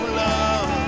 love